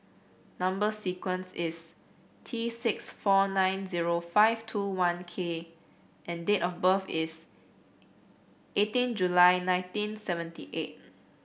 number sequence is T six four nine zero five two one K and date of birth is eighteen July nineteen seventy eight